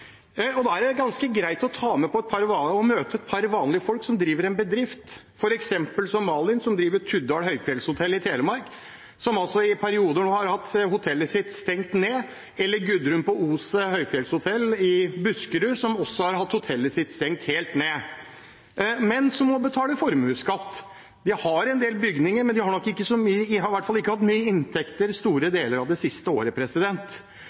som driver en bedrift, f.eks. Malin, som driver Tuddal Høyfjellshotell i Telemark, og som altså i perioder nå har hatt hotellet sitt stengt ned – eller Gudrun på Oset Høyfjellshotell i Buskerud, som også har hatt hotellet sitt stengt helt ned, men som må betale formuesskatt. De har en del bygninger, men de har i hvert fall ikke hatt mye inntekter store deler av det siste året.